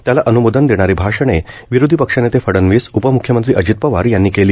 त्याला अन्मोदन देणारी भाषणे विरोधी पक्षनेते फडनवीस उपमूख्यमंत्री अजित पवार यांनी केली